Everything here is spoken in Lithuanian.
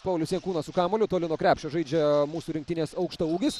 paulius jankūnas su kamuoliu toli nuo krepšio žaidžia mūsų rinktinės aukštaūgis